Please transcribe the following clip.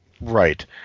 Right